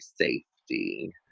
safety